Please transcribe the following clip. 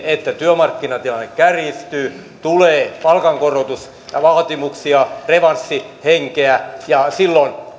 että työmarkkinatilanne kärjistyy tulee palkankorotusvaatimuksia revanssihenkeä ja silloin